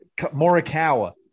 Morikawa